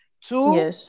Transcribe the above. Two